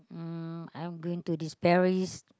um I'm going to this Paris